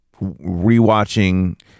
rewatching